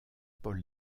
pol